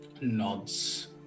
nods